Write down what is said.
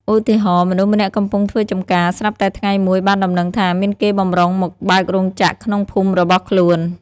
ឧទាហរណ៍ៈ មនុស្សម្នាក់កំពុងធ្វើចម្ការ ស្រាប់តែថ្ងៃមួយបានដំណឹងថា មានគេបម្រុងមកបើករោងចក្រក្នុងភូមិរបស់ខ្លួន ។